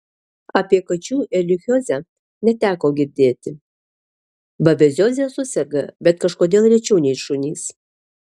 apie kačių erlichiozę neteko girdėti babezioze suserga bet kažkodėl rečiau nei šunys